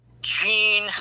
Gene